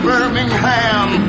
Birmingham